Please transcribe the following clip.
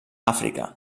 àfrica